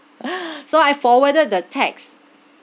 so I forwarded the text